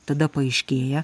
tada paaiškėja